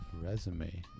resume